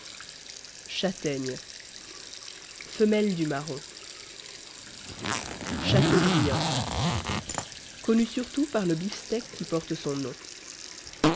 châtaigne femelle du marron chateaubriand connu surtout par le beefsteak qui porte son nom